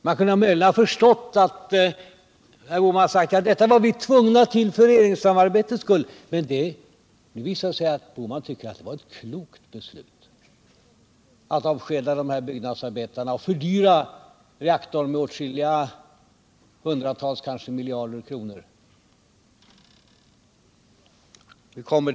Man kunde möjligen ha förstått det om herr Bohman hade sagt: Detta var vi tvungna till för regeringssamarbetets skull. Men det visade sig att herr Bohman tyckte det var ett klokt beslut att avskeda de här byggnadsarbetarna och fördyra reaktorn med åtskilliga, kanske hundratals miljarder kronor. Vi har Ringhals 3.